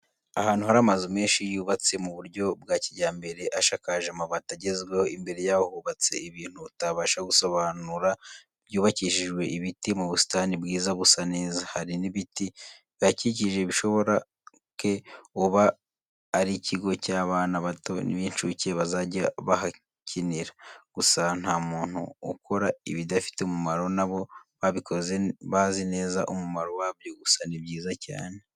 Ahantu harivamazu menshi yubatse, mu buryo bwa kijyambere ashakaje amabati agezweho, imbere yaho hubatse ibintu utabasha gusobanura byubakishijwe ibiti mu busitani bwiza busa neza. Hari n'ibiti bihakikije bishoboke uba arikigo cy'abana bato b'incuke bazajya bahakinira. Gusa nta muntu ukora ibidafite umumaro na bo babikoze bazi neza umumaro wabyo gusa ni byiza cyane.